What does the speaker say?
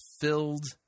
filled